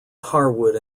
harwood